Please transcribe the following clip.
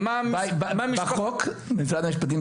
משרד המשפטים,